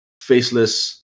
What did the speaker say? faceless